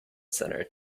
center